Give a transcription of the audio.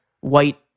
white